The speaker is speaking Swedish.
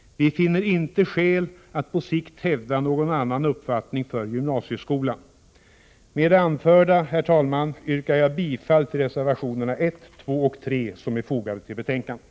Vi finner inte skäl att på sikt hävda någon annan uppfattning för gymnasieskolan. Med det anförda, herr talman, yrkar jag bifall till reservationerna 1,2 och 3 som är fogade till betänkandet.